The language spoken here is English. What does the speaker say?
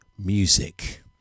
music